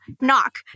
knock